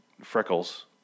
freckles